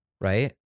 right